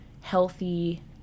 healthy